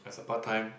as a part time